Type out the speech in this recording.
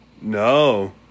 No